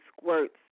squirts